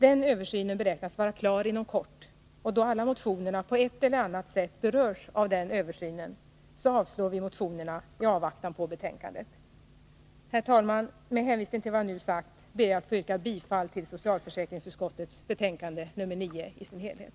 Den översynen beräknas vara klar inom kort, och då alla motionerna på ett eller annat sätt berörs av den översynen avstyrker vi motionerna i avvaktan på betänkandet. Herr talman! Med hänvisning till vad jag nu sagt ber jag att få yrka bifall till socialförsäkringsutskottets hemställan i samtliga moment.